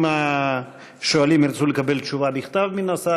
תקבלי את זה בתוך כמה ימים.